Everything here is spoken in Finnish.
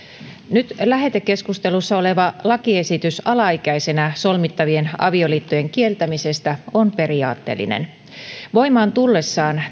nyt lähetekeskustelussa oleva lakiesitys alaikäisenä solmittavien avioliittojen kieltämisestä on periaatteellinen voimaan tullessaan